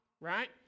right